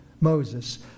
Moses